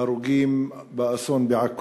ההרוגים באסון בעכו.